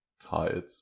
tired